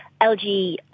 LG